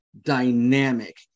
dynamic